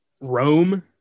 Rome